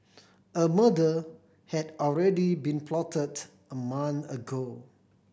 a murder had already been plotted a month ago